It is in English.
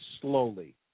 slowly